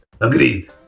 Agreed